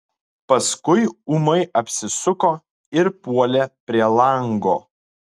paskui ūmai apsisuko ir puolė prie lango